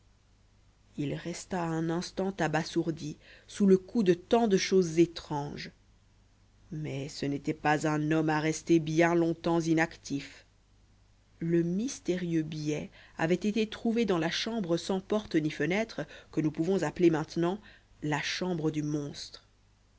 il resta un instant abasourdi sous le coup de tant de choses étranges mais ce n'était pas un homme à rester bien longtemps inactif le mystérieux billet avait été trouvé dans la chambre sans porte ni fenêtre que nous pouvons appeler maintenant la chambre du monstre